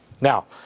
now